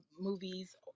movies